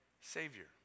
Savior